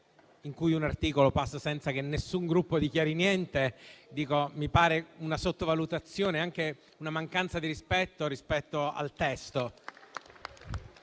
in cui un articolo passa senza che nessun Gruppo dichiari niente. Mi pare una sottovalutazione e anche una mancanza di rispetto nei confronti del testo.